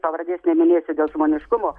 pavardės neminėsiu dėl žmoniškumo